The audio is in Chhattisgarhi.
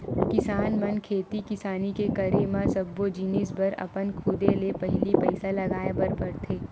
किसान मन खेती किसानी के करे म सब्बो जिनिस बर अपन खुदे ले पहिली पइसा लगाय बर परथे